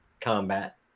combat